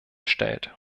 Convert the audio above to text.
stellt